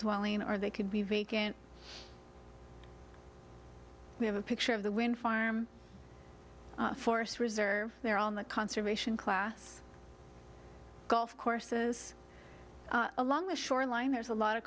dwelling or they could be vacant we have a picture of the wind farm force reserve they're on the conservation class golf courses along the shoreline there's a lot of